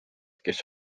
kes